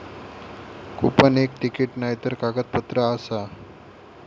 coupon एक ticket नायतर कागदपत्र आसा